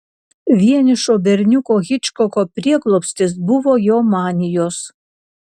vienišo berniuko hičkoko prieglobstis buvo jo manijos